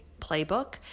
playbook